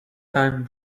time